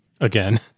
Again